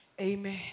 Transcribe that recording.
Amen